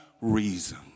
reason